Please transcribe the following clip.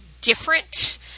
different